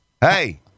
Hey